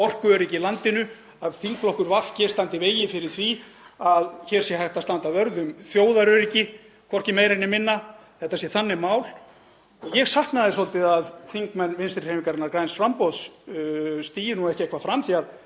orkuöryggi í landinu, að þingflokkur VG standi í vegi fyrir því að hér sé hægt að standa vörð um þjóðaröryggi, hvorki meira né minna. Þetta sé þannig mál. Ég saknað svolítið að þingmenn Vinstri hreyfingarinnar – græns framboðs stigi ekki eitthvað fram því að